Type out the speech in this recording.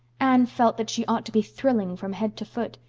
anne felt that she ought to be thrilling from head to foot.